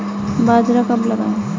बाजरा कब लगाएँ?